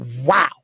wow